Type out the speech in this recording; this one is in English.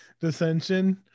dissension